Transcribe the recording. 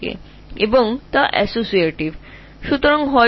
এরকম হাজার হাজার কেন্দ্র থাকতে পারে